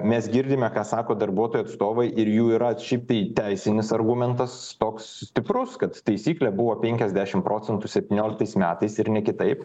mes girdime ką sako darbuotojų atstovai ir jų yra šiaip tai teisinis argumentas toks stiprus kad taisyklė buvo penkiasdešim procentų septynioliktais metais ir ne kitaip